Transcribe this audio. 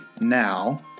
now